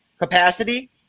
capacity